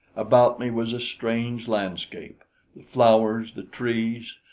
about me was a strange landscape the flowers, the trees,